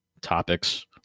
topics